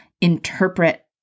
interpret